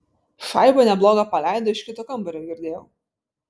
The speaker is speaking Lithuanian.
šaibą neblogą paleido iš kito kambario girdėjau